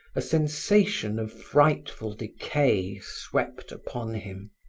a sensation of frightful decay swept upon him.